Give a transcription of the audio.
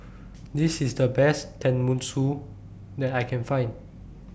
This IS The Best Tenmusu that I Can Find